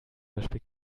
beispiel